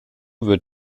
wird